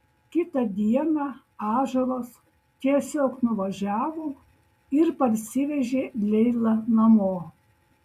kitą dieną ąžuolas tiesiog nuvažiavo ir parsivežė leilą namo